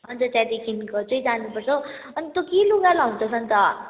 अनि त त्यहाँदेखिन्को चाहिँ जानुपर्छ हौ अनि तँ के लुगा लाउँछस् अनि त